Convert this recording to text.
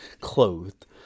clothed